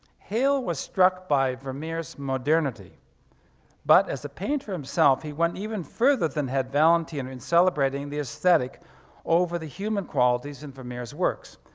hale was struck by vermeer's modernity but as a painter himself, he went even further than had valentina in celebrating the aesthetic over the human qualities in vermeer's works.